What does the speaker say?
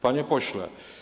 Panie Pośle!